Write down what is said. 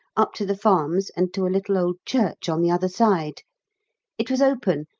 up to the farms and to a little old church on the other side it was open,